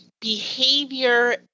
behavior